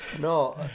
No